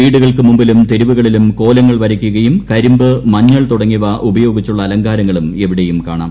വീടുകൾക്ക് മുമ്പിലും തെരുവുകളിലും കോലങ്ങൾ വരക്കുകൃയും കരിമ്പ് മഞ്ഞൾ തുടങ്ങിയവ ഉപയോഗിച്ചുള്ള അലങ്കാരങ്ങളും എവ്വിടേയും കാണാം